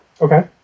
Okay